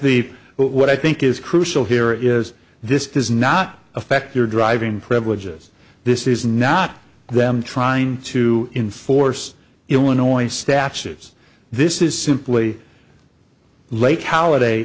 but what i think is crucial here is this does not affect your driving privileges this is not them trying to enforce illinois statutes this is simply lake holiday